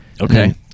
Okay